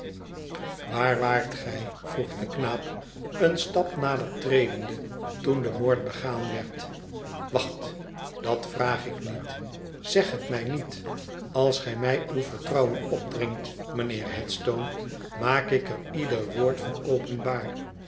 waar waart gij vroeg de knaap een stap nader tredende toen de moord begaan werd wacht dat vraag ik niet zeg het mij niet als gij mij uw vertrouwen opdringt mijnheer headstone maak ik er ieder woord van openbaar